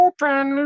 Open